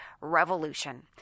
revolution